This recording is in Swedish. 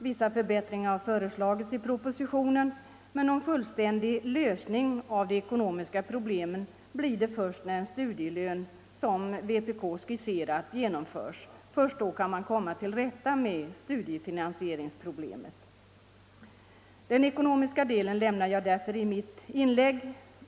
Vissa förbättringar har föreslagits i propositionen, men en fullständig lösning av de ekonomiska problemen blir det först när en studielön som vpk skisserat genomförs. Först då kan man komma till rätta med studiefinansieringsproblemet. Den ekonomiska delen lämnar jag därför i mitt inlägg.